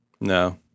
No